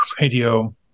Radio